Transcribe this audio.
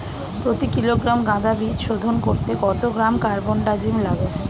প্রতি কিলোগ্রাম গাঁদা বীজ শোধন করতে কত গ্রাম কারবানডাজিম লাগে?